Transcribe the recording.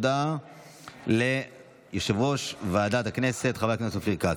הודעה ליושב-ראש ועדת הכנסת חבר הכנסת אופיר כץ,